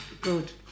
Good